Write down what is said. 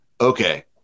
okay